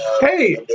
hey